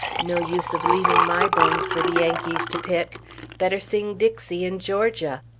no use of leaving my bones for the yankees to pick better sing dixie in georgia.